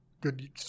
Good